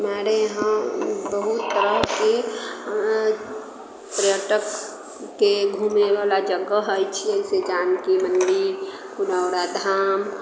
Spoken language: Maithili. हमारे इहाँ बहुत तरहके पर्यटक केँ घुमै बला जगह है छियै से जानकी मन्दिर पुनौराधाम